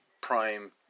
prime